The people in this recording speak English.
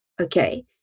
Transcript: Okay